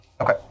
Okay